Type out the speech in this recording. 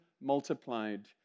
multiplied